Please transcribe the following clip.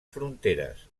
fronteres